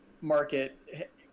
market